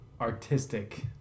artistic